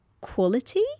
quality